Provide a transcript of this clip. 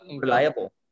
reliable